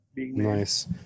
nice